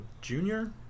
junior